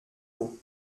eau